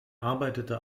arbeitete